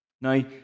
Now